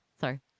Sorry